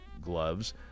gloves